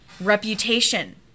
reputation